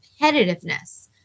competitiveness